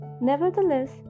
Nevertheless